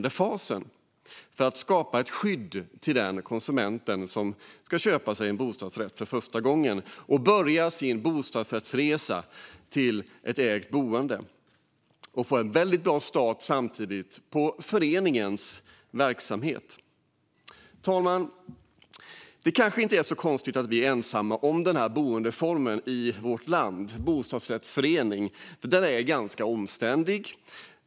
Det handlar både om att skapa ett skydd för den konsument som ska köpa sig en bostadsrätt för första gången och påbörja sin bostadsresa i ett ägt boende och om att ge föreningen en bra start på sin verksamhet. Fru talman! Det är kanske inte så konstigt att vi i vårt land är ensamma om boendeformen bostadsrättsförening. Den är omständlig.